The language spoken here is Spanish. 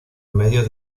medio